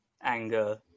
anger